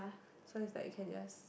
so it's like you can just